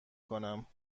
کنم